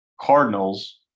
Cardinals